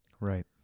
Right